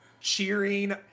cheering